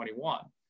2021